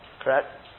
Correct